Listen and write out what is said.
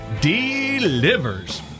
Delivers